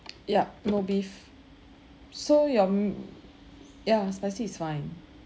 yup no beef so your m~ ya spicy is fine